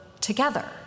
together